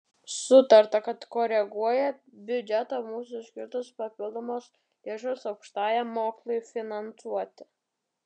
sutarta kad koreguojant biudžetą būtų skirtos papildomos lėšos aukštajam mokslui finansuoti